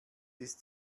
ist